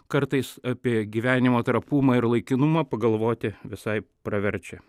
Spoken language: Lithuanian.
kartais apie gyvenimo trapumą ir laikinumą pagalvoti visai praverčia